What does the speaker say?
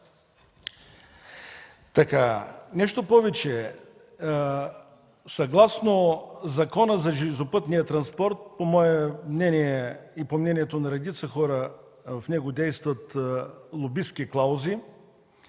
Нещо повече, съгласно Закона за железопътния транспорт, по мое мнение и по мнението на редица хора, в него действат лобистки клаузи.